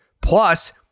Plus